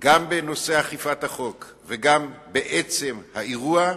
גם בנושא אכיפת החוק וגם בעצם האירוע,